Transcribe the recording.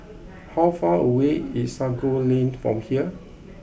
how far away is Sago Lane from here